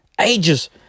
Ages